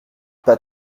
pas